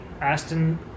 Aston